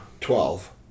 Twelve